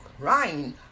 crying